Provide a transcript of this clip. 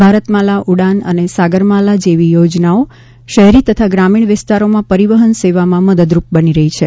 ભારતમાલા ઉડાન અને સાગરમાલા જેવી યોજનાઓ શહેરી તથા ગ્રામીણ વિસ્તારોમાં પરિવહન સેવામાં મદદરૂપ બની રહી છે